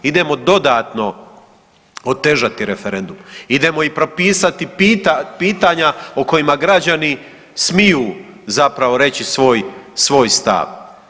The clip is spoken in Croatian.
Idemo dodatno otežati referendum, idemo i propisati pitanja o kojima građani smiju zapravo reći svoj stav.